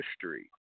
history